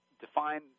define